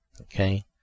Okay